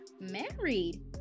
married